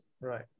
Right